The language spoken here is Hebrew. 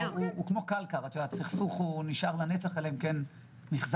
אם היית יודעת כמה פורומים